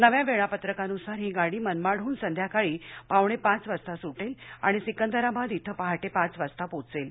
नव्या वेळापत्रकानुसार ही गाडी मनमाडहून संध्याकाळी पावणेपाच वाजता सुटेल आणि सिकंदराबाद इथं पहाटे पाच वाजता पोचेल